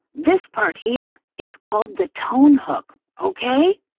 this part here is called the tone hook, okay?